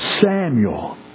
Samuel